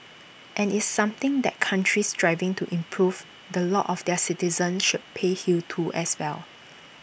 and it's something that countries striving to improve the lot of their citizens should pay heed to as well